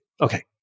Okay